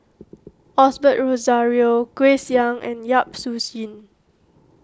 Osbert Rozario Grace Young and Yap Su Yin